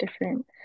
different